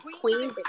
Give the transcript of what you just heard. queen